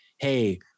hey